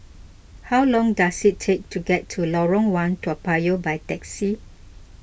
how long does it take to get to Lorong one Toa Payoh by taxi